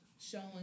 showing